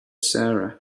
sarah